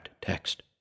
text